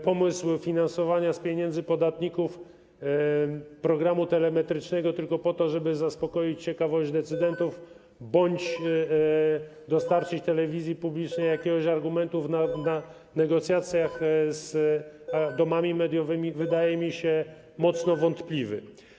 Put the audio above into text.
Pomysł finansowania z pieniędzy podatników programu telemetrycznego tylko po to, żeby zaspokoić ciekawość decydentów bądź dostarczyć telewizji publicznej jakiegoś argumentu w negocjacjach z domami mediowymi, wydaje mi się mocno wątpliwy.